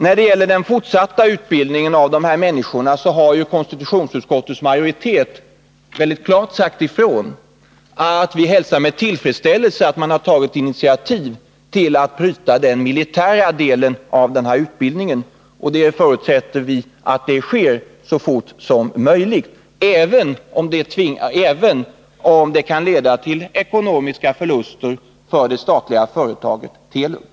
När det gäller den fortsatta utbildningen av dessa militärer har konstitutionsutskottets majoritet mycket klart sagt ifrån att vi hälsar med tillfredsställelse att man har tagit initiativ till att bryta den militära delen av den här utbildningen. Vi förutsätter att det sker så fort som möjligt, även om det kan leda till ekonomiska förluster för det statliga företaget Telub.